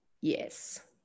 yes